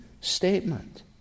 statement